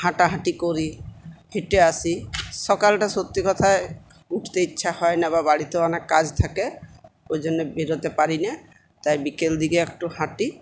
হাঁটাহাঁটি করি হেঁটে আসি সকালটা সত্যি কথায় উঠতে ইচ্ছা হয় না বা বাড়িতেও অনেক কাজ থাকে ওই জন্য বেরোতে পারি না তাই বিকেল দিকে একটু হাঁটি